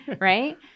right